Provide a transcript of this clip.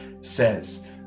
says